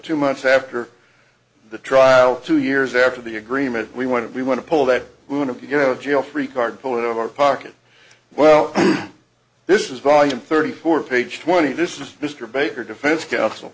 two months after the trial two years after the agreement we want it we want to pull that we want to get out of jail free card pull it out of our pocket well this is volume thirty four page twenty this is mr baker defense counsel